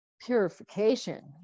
purification